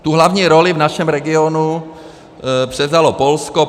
Tu hlavní roli v našem regionu převzalo Polsko.